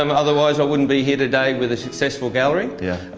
um otherwise i wouldn't be here today with a successful gallery yeah.